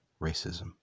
racism